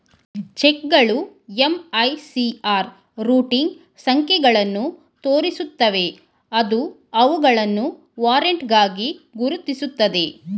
ಚೆಕ್ಗಳು MICR routing ಸಂಖ್ಯೆಗಳನ್ನು ತೋರಿಸುತ್ತವೆ ಅದು ಅವುಗಳನ್ನು ವಾರೆಂಟ್ಗಳಾಗಿ ಗುರುತಿಸುತ್ತದೆ